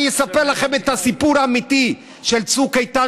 אני אספר לכם את הסיפור האמיתי של צוק איתן,